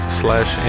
slash